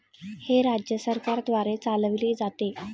हे राज्य सरकारद्वारे चालविले जाते